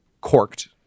corked